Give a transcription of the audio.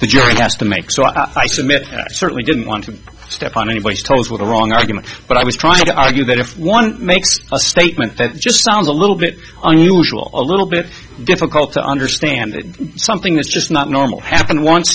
the jury has to make so i certainly didn't want to step on anybody's toes with the wrong argument but i was trying to argue that if one makes a statement that just sounds a little bit unusual a little bit difficult to understand that something is just not normal happened once